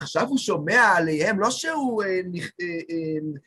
‫עכשיו הוא שומע עליהם, לא שהוא...